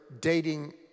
dating